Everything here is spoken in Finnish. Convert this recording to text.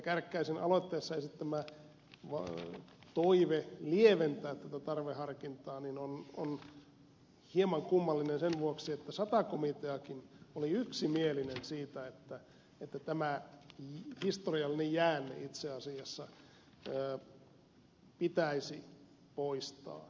kärkkäisen aloitteessa esittämä toive lieventää tätä tarveharkintaa on hieman kummallinen sen vuoksi että sata komiteakin oli yksimielinen siitä että tämä historiallinen jäänne itse asiassa pitäisi poistaa